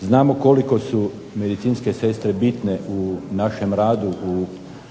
Znamo koliko su medicinske sestre bitne u našem radu u